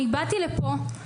באתי לפה,